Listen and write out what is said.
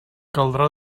caldrà